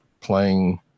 playing